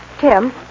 Tim